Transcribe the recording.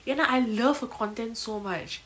ஏனா:yena I love her content so much